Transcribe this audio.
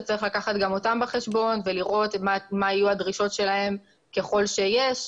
שצריך לקחת גם אותם בחשבון ולראות מה יהיו הדרישות שלהם ככל שיש,